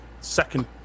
second